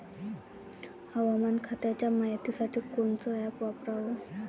हवामान खात्याच्या मायतीसाठी कोनचं ॲप वापराव?